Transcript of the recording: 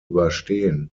überstehen